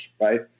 right